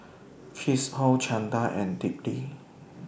Kishore Chanda and Dilip